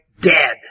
dead